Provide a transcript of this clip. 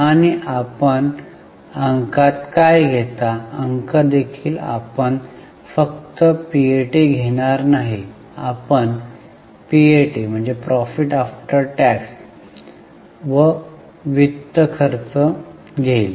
आणि आपण अंकात काय घेता अंक देखील आपण फक्त पीएटी घेणार नाही आपण पीएटी अधिक कर व वित्त खर्च घेईल